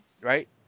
right